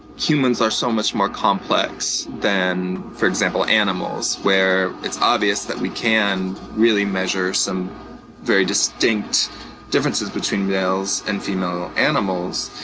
humans are so much more complex than, for example, animals, where it's obvious that we can really measure some very distinct differences between male and female animals.